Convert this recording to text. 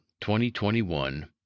2021